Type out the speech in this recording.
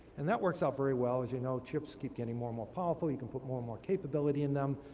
and that works out very well. as you know, chips keep getting more and more powerful. you can put more and more capability in them.